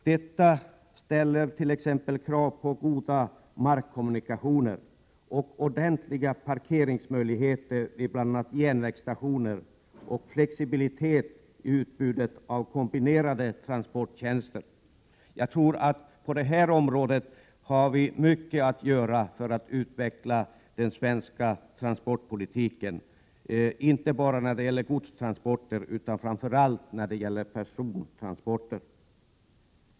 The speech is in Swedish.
Detta ställer krav på goda markkommunikationer och ordentliga parkeringsmöjligheter vid bl.a. järnvägsstationer samt flexibilitet i utbudet av kombinerade transporttjänster. Jag tror att vi på detta område har mycket att göra för att utveckla den svenska transportpolitiken, inte bara när det gäller godstransporter utan framför allt när det gäller persontransporter.